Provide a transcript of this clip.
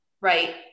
Right